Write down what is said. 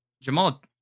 Jamal